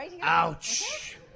Ouch